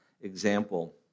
example